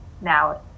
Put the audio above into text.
Now